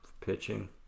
Pitching